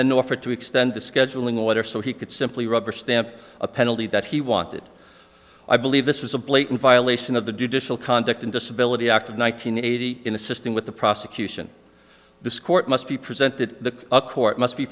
then offered to extend the scheduling letter so he could simply rubber stamp a penalty that he wanted i believe this was a blatant violation of the judicial conduct and disability act of one nine hundred eighty in assisting with the prosecution this court must be presented the court must be